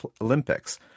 Olympics